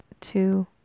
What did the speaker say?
two